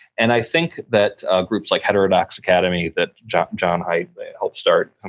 and i think that ah groups like heterodox academy, that jon jon haidt helped start,